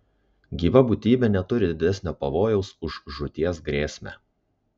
gyva būtybė neturi didesnio pavojaus už žūties grėsmę